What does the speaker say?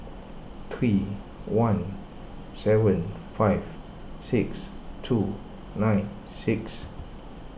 three one seven five six two nine six